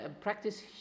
practice